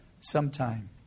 sometime